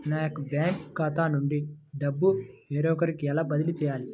నా యొక్క బ్యాంకు ఖాతా నుండి డబ్బు వేరొకరికి ఎలా బదిలీ చేయాలి?